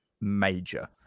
major